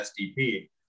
SDP